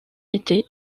été